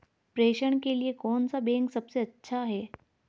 प्रेषण के लिए कौन सा बैंक सबसे अच्छा है?